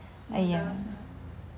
麻辣面